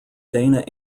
dana